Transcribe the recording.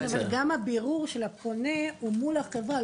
גם הבירור של הפונה הוא מול החברה,